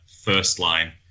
first-line